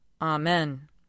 Amen